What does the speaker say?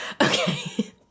okay